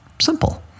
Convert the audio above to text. Simple